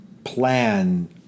plan